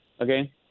Okay